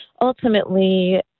ultimately